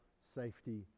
safety